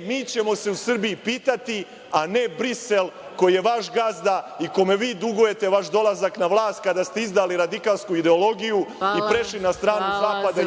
mi ćemo se u Srbiji pitati, a ne Brisel, koji je vaš gazda i kome vi dugujete vaš dolazak na vlast kada ste izdali radikalsku ideologiju i prešli na stranu Zapada